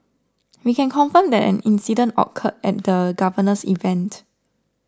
we can confirm that an incident occurred at the governor's event